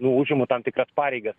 nu užimu tam tikras pareigas